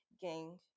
gang